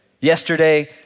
Yesterday